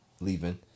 leaving